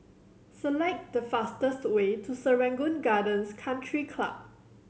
select the fastest way to Serangoon Gardens Country Club